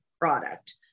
product